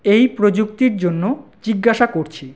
এই প্রযুক্তির জন্য জিজ্ঞাসা করছি